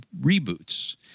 reboots